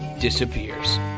disappears